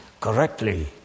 correctly